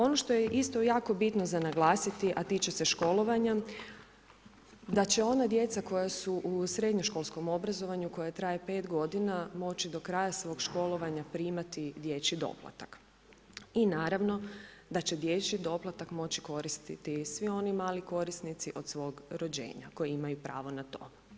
Ono što je isto jako bitno za naglasiti, a tiče se školovanja, da će ona djeca koja su u srednjoškolskom obrazovanju koja traje pet godina moći do kraja svog školovanja primati dječji doplatak i naravno da će dječji doplatak moći koristiti i svi oni mali korisnici od svog rođenja koji imaju pravo na to.